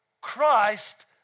Christ